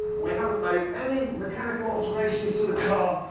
we haven't made any mechanical alterations to the car.